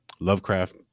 Lovecraft